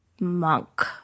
monk